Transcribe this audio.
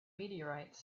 meteorites